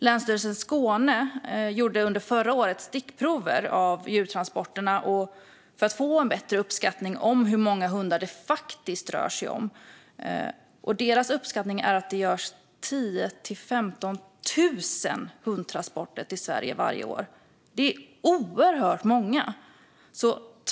Länsstyrelsen Skåne gjorde under förra året stickprov av djurtransporterna för att få en bättre uppskattning av hur många hundar det faktiskt rör sig om. Deras uppskattning är att det görs 10 000-15 000 hundtransporter till Sverige varje år. Det är oerhört många.